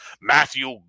Matthew